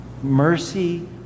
mercy